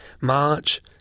March